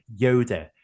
yoda